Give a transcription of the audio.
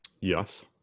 Yes